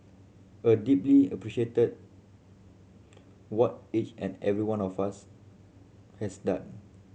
I deeply appreciate that what each and every one of us has done